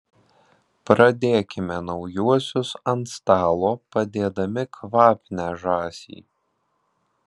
pradėkime naujuosius ant stalo padėdami kvapnią žąsį